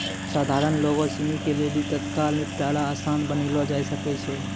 सधारण लोगो सिनी के लेली तत्काल निपटारा असान बनैलो जाय सकै छै